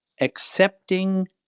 accepting